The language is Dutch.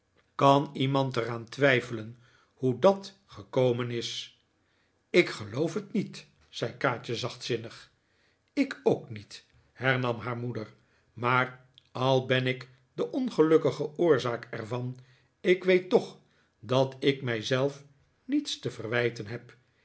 kan iemand er aan twijfelen hoe dat gekomen is ik geloof het niet zei kaatje zachtzinnig ik ook niet hernam haar moeder maar al ben ik de ongelukkige oorzaak er van ik weet toch dat ik mij zelf niets te verwijten heb